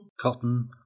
cotton